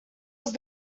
was